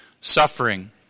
suffering